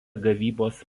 gavybos